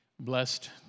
blessed